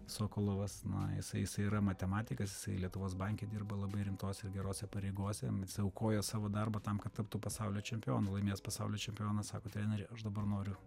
sokolovas na jisai jisai yra matematikas jisai lietuvos banke dirba labai rimtose ir gerose pareigose jisai aukoja savo darbą tam kad taptų pasaulio čempionu laimėjęs pasaulio čempioną sako treneri aš dabar noriu